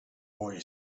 boy